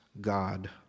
God